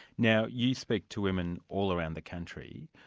now you speak to women all around the country.